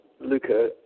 Luca